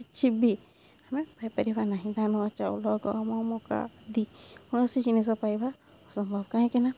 କିଛିବି ଆମେ ପାଇପାରିବା ନାହିଁ ଧାନ ଚାଉଳ ଗହମ ମକା ଆଦି କୌଣସି ଜିନିଷ ପାଇବା ସମ୍ଭବ କାହିଁକିନା